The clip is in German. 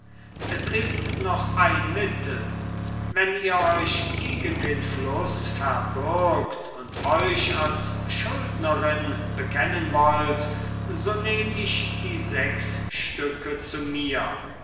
es ist noch ein mittel wenn ihr euch gegen den fluß verbürgt und euch als schuldnerin bekennen wollt so nehm ich die sechs stücke zu mir